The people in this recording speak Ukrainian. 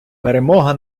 перемога